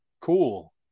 cool